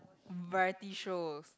variety shows